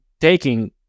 taking